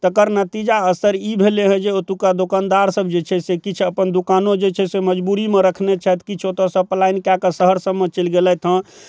तकर नतीजा असर ई भेलै हँ जे ओतुका दोकानदार सब जे छै से किछु अपन दोकानो जे छै से मजबूरीमे रखने छथि किछु ओतऽसँ पलायन कए कऽ शहर सबमे चलि गेलथि हँ